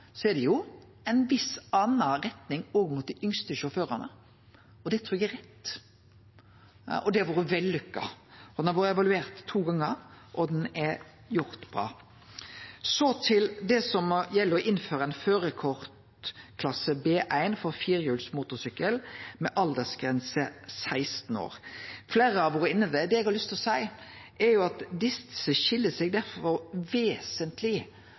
er det ei viss anna retning òg mot dei yngste sjåførane. Det trur eg er rett, og det har vore vellykka. Ordninga har vore evaluert to gonger, og ho er bra. Så til det som gjeld å innføre ein førarkortklasse B1 for firehjulsmotorsykkel, med aldersgrense 16 år. Fleire har vore innom det. Det eg har lyst til å seie, er at desse skil seg vesentleg